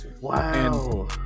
wow